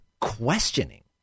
questioning